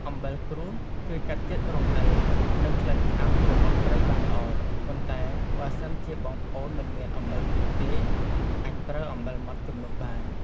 អំបិលក្រួសជួយកាត់ជាតិរំអិល និង ក្លិនឆ្អាបរបស់ត្រីបានល្អ ប៉ុន្តែបើសិនជាបងប្អូនមិនមានអំបិលក្រួសទេ អាចប្រើអំបិលម៉ដ្ដជំនួសបាន។